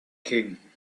king